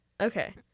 Okay